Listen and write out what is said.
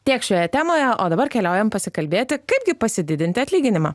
tiek šioje temoje o dabar keliaujam pasikalbėti kaipgi pasididinti atlyginimą